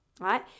right